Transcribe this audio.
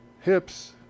hips